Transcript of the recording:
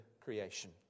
creation